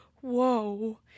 whoa